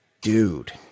Dude